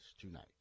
tonight